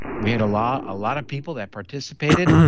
we had a lot ah lot of people that participated.